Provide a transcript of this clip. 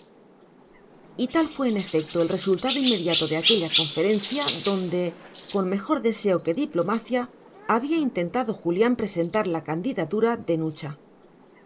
y tal fue en efecto el resultado inmediato de aquella conferencia donde con mejor deseo que diplomacia había intentado julián presentar la candidatura de nucha